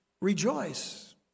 rejoice